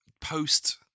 post